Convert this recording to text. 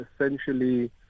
essentially